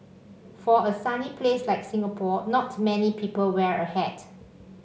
for a sunny place like Singapore not many people wear a hat